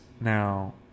now